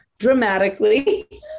dramatically